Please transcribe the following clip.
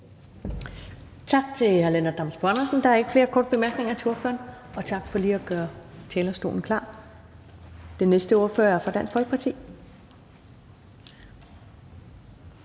Tak til hr. Lennart Damsbo-Andersen. Der er ikke flere korte bemærkninger. Og tak for lige at gøre talerstolen klar. Den næste ordfører er fra Dansk Folkeparti.